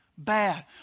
bad